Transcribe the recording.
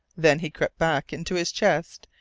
then he crept back into his chest,